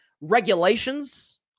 regulations